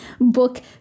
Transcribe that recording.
book